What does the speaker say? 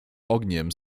ogniem